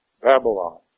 Babylon